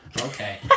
Okay